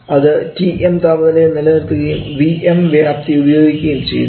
അത് Tm താപനിലയിൽ നിലനിർത്തുകയും Vm വ്യാപ്തി ഉപയോഗിക്കുകയും ചെയ്യുന്നു